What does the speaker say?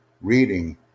reading